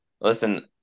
Listen